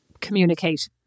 communicate